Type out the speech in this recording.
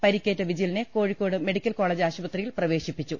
പരിക്കേറ്റ വിജിലനെ Kozhikode medical college ആശുപത്രിയിൽ പ്രവേശിപ്പിച്ചു